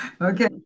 Okay